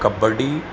kabaddi